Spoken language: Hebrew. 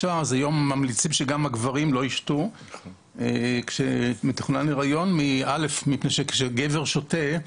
ממליצים גם שהגברים לא ישתו כשמתוכנן היריון מפני שכאשר הגבר שותה,